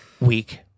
Week